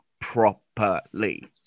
Properly